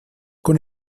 con